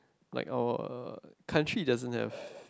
like oh uh country it doesn't have